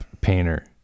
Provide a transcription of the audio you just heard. painter